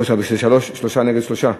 שלושה נגד שלושה,